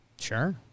Sure